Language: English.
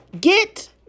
get